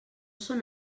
són